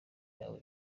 yabo